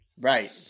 Right